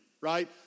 right